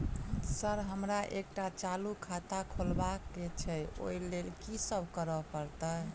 Sir हमरा एकटा चालू खाता खोलबाबह केँ छै ओई लेल की सब करऽ परतै?